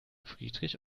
friedrich